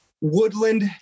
woodland